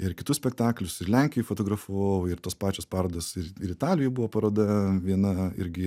ir kitus spektaklius ir lenkijoj fotografavau ir tos pačios parodos ir italijoj buvo paroda viena irgi